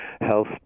health